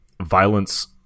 violence